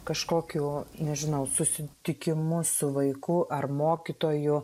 kažkokiu nežinau susitikimu su vaiku ar mokytoju